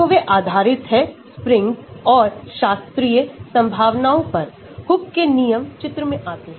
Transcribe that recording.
तो वे आधारित हैं स्प्रिंग्स और शास्त्रीय संभावनाओं पर हुक के नियम चित्र में आते हैं